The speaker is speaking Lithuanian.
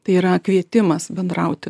tai yra kvietimas bendrauti